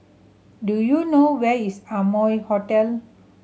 do you know where is Amoy Hotel